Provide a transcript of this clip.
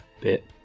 bit